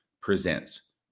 presents